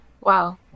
Wow